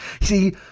See